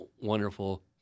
wonderful